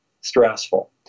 stressful